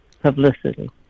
publicity